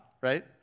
right